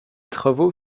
travaux